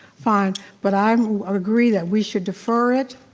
fine. but i um agree that we should defer it.